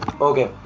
Okay